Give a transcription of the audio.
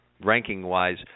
ranking-wise